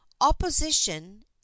Opposition